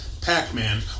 Pac-Man